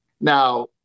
Now